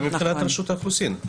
גם מבחינת רשות האוכלוסין,